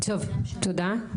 טוב, תודה,